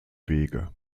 wege